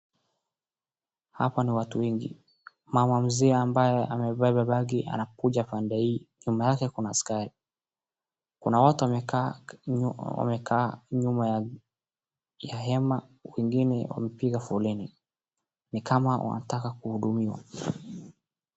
Hapa ni watu wengi, mama mzee ambaye amebeba bagi aneakuja pande hii na nyuma yake kuna askari, kuna watu wamekaa nyuma ya hema huku wengine wamepiga foleni ni kama wanataka kuhudumiwa.